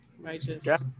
righteous